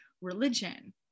religion